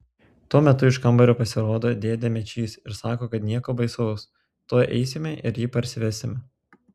tuo metu iš kambario pasirodo dėdė mečys ir sako kad nieko baisaus tuoj eisime ir jį parsivesime